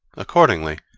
accordingly,